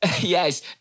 Yes